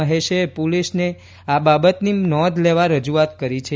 મહેશે પોલીસને આ બાબતની નોંધ લેવા રજૂઆત કરી છે